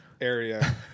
area